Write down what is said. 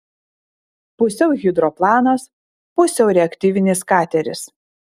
pusiau hidroplanas pusiau reaktyvinis kateris